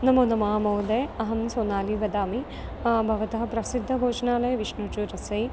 नमो नमः महोदय अहं सोनाली वदामि भवतः प्रसिद्धभोजनालयः विष्णुचूरसै